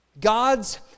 God's